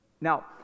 Now